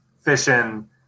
fishing